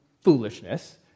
foolishness